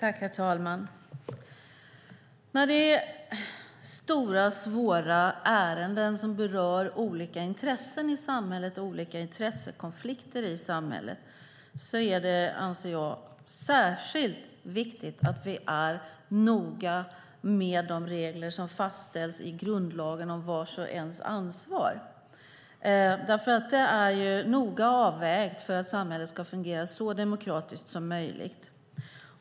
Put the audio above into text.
Herr talman! När det gäller stora och svåra ärenden som berör olika intressen i samhället och leder till intressekonflikter är det särskilt viktigt att vi är noga med grundlagens regler om vars och ens ansvar. De är noga avvägda för att samhället ska fungera så demokratiskt som möjligt.